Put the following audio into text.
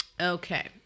Okay